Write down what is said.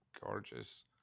gorgeous